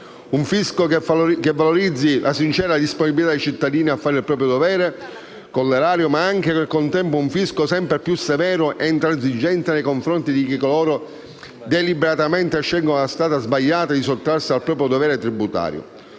Un fisco che valorizzi la sincera disponibilità dei cittadini a fare il proprio dovere con l'erario, ma nel contempo un fisco sempre più severo e intransigente nei confronti di coloro che deliberatamente scelgono la strada sbagliata di sottrarsi al proprio dovere tributario.